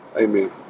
Amen